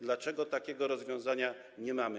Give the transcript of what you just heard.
Dlaczego takiego rozwiązania nie mamy?